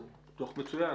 הוא דוח מצוין,